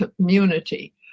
community